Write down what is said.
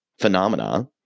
phenomena